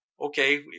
Okay